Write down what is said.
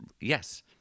Yes